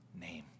name